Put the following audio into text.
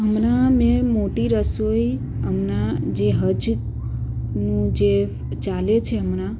હમણાં મેં મોટી રસોઈ હમણાં જે હજનું જે ચાલે છે હમણાં